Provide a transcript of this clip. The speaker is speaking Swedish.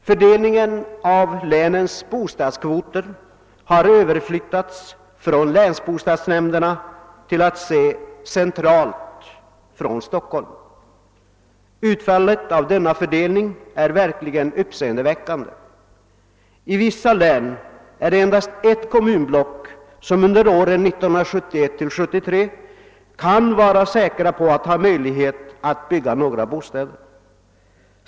Fördelningen av länens bostadskvoter har flyttats från länsbostadsnämnderna och sker nu centralt från Stockholm. Utfallet av denna fördelning är verkligen uppseendeväckande. I vissa län kan endast ett kommunalblock under åren 1971—1973 vara säkert på att få möjligheter att bygga några bostäder.